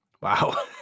wow